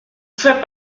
fais